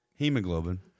hemoglobin